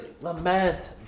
lament